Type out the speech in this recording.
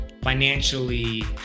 financially